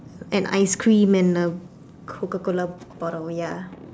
an ice cream and a Coca-Cola bottle ya